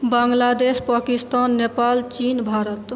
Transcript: बांग्लादेश पाकिस्तान नेपाल चीन भारत